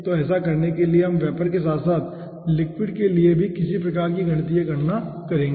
तो ऐसा करने के लिए हम वेपर के साथ साथ लिक्विड के लिए किसी प्रकार की गणितीय गणना करेंगे